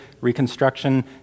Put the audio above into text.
reconstruction